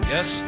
Yes